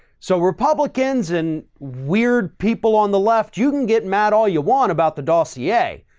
so republicans and weird people on the left, you can get mad all you want about the dossier.